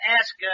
ask